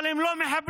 אבל הם לא מחבלים,